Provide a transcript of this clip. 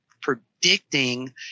predicting